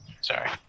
Sorry